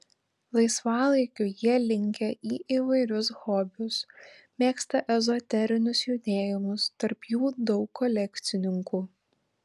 laisvalaikiu jie linkę į įvairius hobius mėgsta ezoterinius judėjimus tarp jų daug kolekcininkų